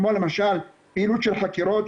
כמו למשל פעילות של חקירות,